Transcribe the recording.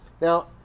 Now